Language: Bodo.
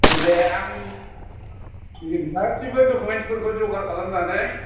औ दे आं गासिबो डकमोन्सफोरखौ जगार खालामनानै